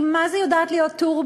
היא מה זה יודעת להיות טורבו,